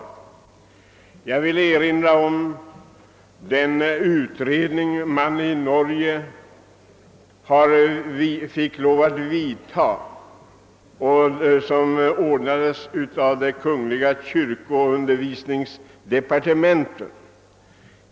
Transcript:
Jag vill erinra om den utredning man fick lov att vidta i Norge och som ordnades av kyrkooch undervisningsdepartementet.